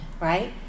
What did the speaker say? right